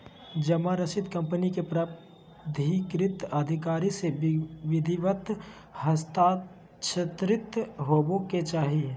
जमा रसीद कंपनी के प्राधिकृत अधिकारी से विधिवत हस्ताक्षरित होबय के चाही